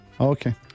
Okay